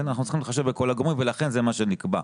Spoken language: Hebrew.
אנחנו צריכים להתחשב בכל הגורמים ולכן זה מה שנקבע.